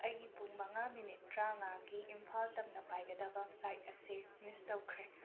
ꯑꯩꯒꯤ ꯄꯨꯡ ꯃꯉꯥ ꯃꯤꯅꯤꯠ ꯇ꯭ꯔꯥꯉꯥꯒꯤ ꯏꯝꯐꯥꯜ ꯇꯝꯅ ꯄꯥꯏꯒꯗꯕ ꯐ꯭ꯂꯥꯏꯠ ꯑꯁꯤ ꯃꯤꯁ ꯇꯧꯈ꯭ꯔꯦ